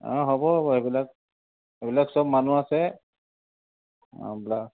অঁ হ'ব হ'ব এইবিলাক এইবিলাক চব মানুহ আছে আৰু